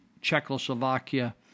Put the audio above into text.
czechoslovakia